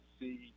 see